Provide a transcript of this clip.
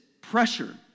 pressure